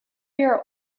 your